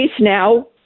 now